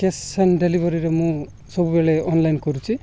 cash on ଡେଲିଭରିରେ ମୁଁ ସବୁବେଳେ ଅନଲାଇନ୍ କରୁଛି